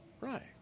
Right